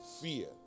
fear